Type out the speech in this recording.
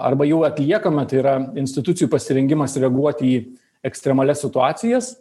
arba jau atliekame tai yra institucijų pasirengimas reaguoti į ekstremalias situacijas